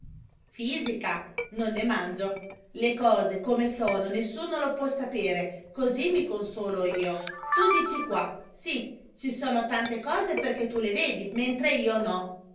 fisica non ne mangio le cose come sono nessuno lo può sapere così mi consolo io tu dici qua sì ci sono tante cose perché tu le vedi mentre io no